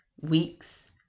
weeks